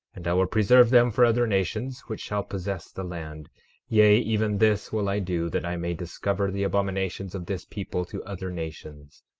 and i will preserve them for other nations which shall possess the land yea, even this will i do that i may discover the abominations of this people to other nations.